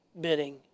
bidding